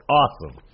awesome